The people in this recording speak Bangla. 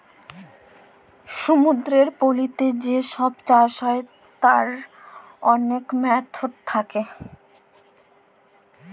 সমুদ্দুরের পলিতে যা ছব চাষ হ্যয় তার ম্যালা ম্যাথড থ্যাকে